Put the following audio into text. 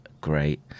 great